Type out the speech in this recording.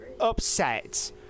upset